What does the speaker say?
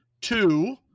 Two